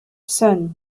sun